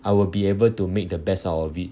I will be able to make the best out of it